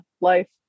life